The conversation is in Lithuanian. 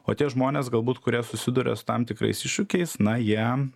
o tie žmonės galbūt kurie susiduria su tam tikrais iššūkiais na jie